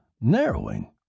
narrowing